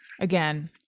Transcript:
again